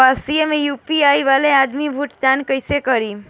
व्यवसाय में यू.पी.आई वाला आदमी भुगतान कइसे करीं?